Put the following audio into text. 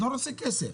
לא רוצים כסף.